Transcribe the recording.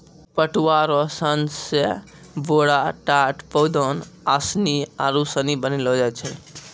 पटुआ रो सन से बोरा, टाट, पौदान, आसनी आरु सनी बनैलो जाय छै